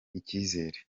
icyizere